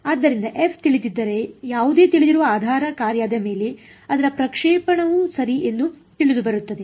ಆದ್ದರಿಂದ f ತಿಳಿದಿದ್ದರೆ ಯಾವುದೇ ತಿಳಿದಿರುವ ಆಧಾರ ಕಾರ್ಯದ ಮೇಲೆ ಅದರ ಪ್ರಕ್ಷೇಪಣವೂ ಸರಿ ಎಂದು ತಿಳಿದುಬರುತ್ತದೆ